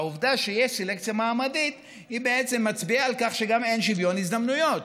העובדה שיש סלקציה מעמדית בעצם מצביעה על כך שגם אין שוויון הזדמנויות,